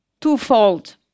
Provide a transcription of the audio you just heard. twofold